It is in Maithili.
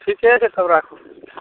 ठीके छै तब राखू